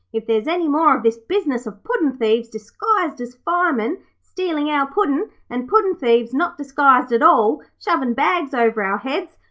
if there's any more of this business of puddin'-thieves, disguised as firemen, stealing our puddin', and puddin'-thieves, not disguised at all, shovin' bags over our heads,